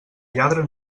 lladre